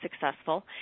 successful